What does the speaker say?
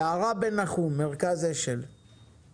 יערה בן נחום, מרכז השל, בבקשה.